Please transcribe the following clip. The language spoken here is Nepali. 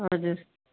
हजुर